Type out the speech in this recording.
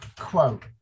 quote